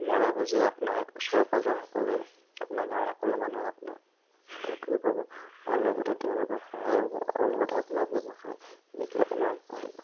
মই ভাবো যে আপোনাৰ ওচৰে পাঁজৰে সকলোৱে আপোনাৰ গাঁৱৰ সকলো মানুহে আপোনাক ঢুকিও পাব আৰু লগতে তেওঁলোকৰ সহায় হ'ব আৰু লগতে আপোনাৰ ব্যৱসায় বিজ্ঞাপনো আগবাঢ়িব